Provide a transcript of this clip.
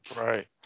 Right